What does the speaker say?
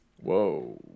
whoa